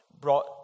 brought